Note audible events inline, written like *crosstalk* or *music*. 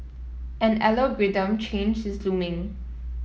an *unintelligible* change is looming